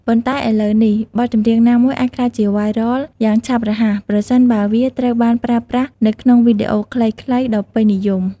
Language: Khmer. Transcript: ប៉ុន្តែឥឡូវនេះ បទចម្រៀងណាមួយអាចក្លាយជា វ៉ាយរ៉ល (viral) យ៉ាងឆាប់រហ័ស ប្រសិនបើវាត្រូវបានប្រើប្រាស់នៅក្នុងវីដេអូខ្លីៗ ដ៏ពេញនិយម។